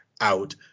out